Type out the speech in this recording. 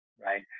right